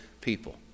people